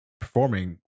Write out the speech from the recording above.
performing